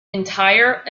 entire